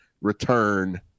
return